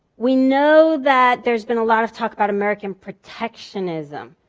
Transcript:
we know that there's been a lot of talk about american protectionism.